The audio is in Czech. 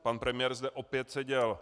Pan premiér zde opět seděl.